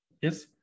Yes